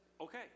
okay